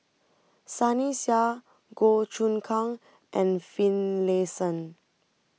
Sunny Sia Goh Choon Kang and Finlayson